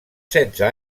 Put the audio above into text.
setze